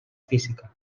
física